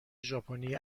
ژاپنی